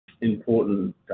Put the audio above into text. important